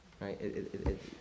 right